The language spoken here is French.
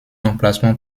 emplacement